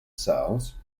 cells